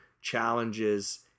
challenges